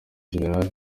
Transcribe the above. gen